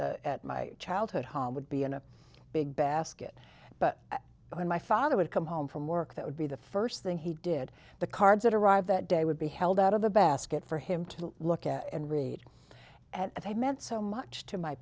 the at my childhood home would be in a big basket but when my father would come home from work that would be the first thing he did the cards that arrived that day would be held out of the basket for him to look at and read and that i meant so much to my